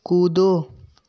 कूदो